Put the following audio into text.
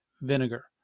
vinegar